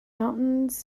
mountainous